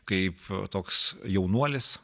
kaip toks jaunuolis